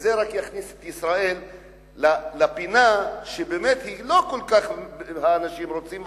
וזה רק יכניס את ישראל לפינה שבאמת לא כל כך האנשים רוצים,